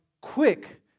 quick